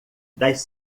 das